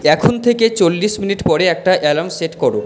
এখন থেকে চল্লিশ মিনিট পরে একটা অ্যালার্ম সেট করো